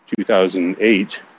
2008